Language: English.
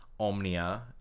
omnia